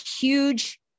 huge